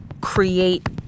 create